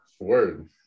word